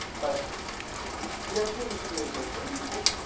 but the other thing you can do is make your and music.